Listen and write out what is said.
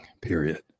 period